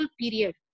period